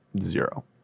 zero